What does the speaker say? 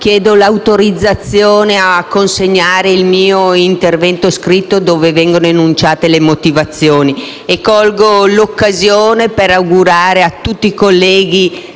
chiedo l'autorizzazione a consegnare il mio intervento scritto, nel quale ne vengono enunciate le motivazioni. Colgo l'occasione per augurare a tutti i colleghi